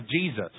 Jesus